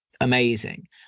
amazing